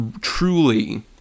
truly